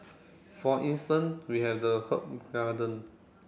for instance we have the herb garden